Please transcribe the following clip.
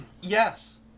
Yes